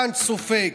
גנץ סופג.